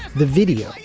the video,